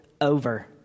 over